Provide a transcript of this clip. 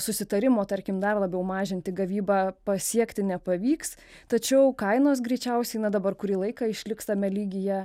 susitarimo tarkim dar labiau mažinti gavybą pasiekti nepavyks tačiau kainos greičiausiai na dabar kurį laiką išliks tame lygyje